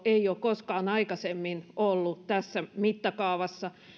ei ole koskaan aikaisemmin ollut tässä mittakaavassa